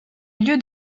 lieu